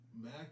mac